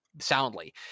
soundly